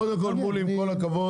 קודם כל מולי עם כל הכבוד,